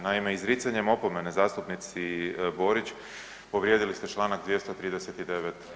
Naime izricanjem opomene zastupnici Borić povrijedili ste članak 239.